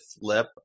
flip